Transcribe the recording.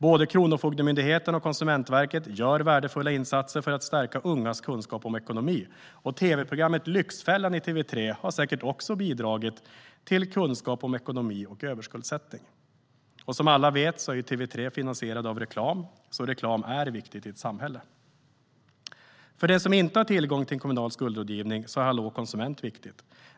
Både Kronofogdemyndigheten och Konsumentverket gör värdefulla insatser för att stärka ungas kunskap om ekonomi, och tv-programmet Lyxfällan i TV3 har säkert också bidragit till kunskap om ekonomi och om överskuldsättning. Som alla vet finansieras TV3 av reklam, så reklam är viktigt i ett samhälle. För den som inte har tillgång till en kommunal skuldrådgivning så är Hallå konsument viktigt.